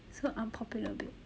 so unpopular babe